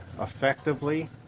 effectively